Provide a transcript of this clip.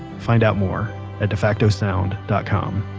find out more at defactosound dot com